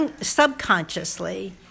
subconsciously